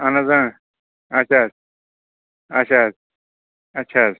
اَہَن حظ اَچھا حظ اَچھا حظ اَچھا حظ